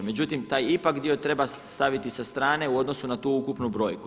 Međutim, taj ipak dio treba staviti sa strane u odnosu na tu ukupnu brojku.